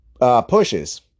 pushes